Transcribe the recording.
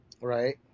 Right